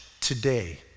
today